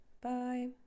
Bye